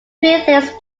lakes